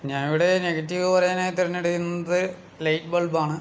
ഞാൻ ഇവിടെ നെഗറ്റീവ് പറയാനായി തെരഞ്ഞെടുക്കുന്നത് ലൈറ്റ് ബൾബാണ്